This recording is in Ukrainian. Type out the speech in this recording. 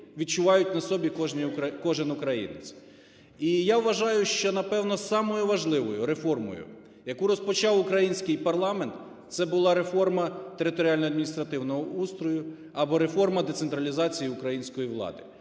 відчувають на собі кожен українець. І я вважаю, що, напевно, самою важливою реформою, яку розпочав український парламент, це була реформа територіально-адміністративного устрою або реформа децентралізації української влади.